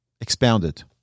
expounded